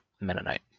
Mennonite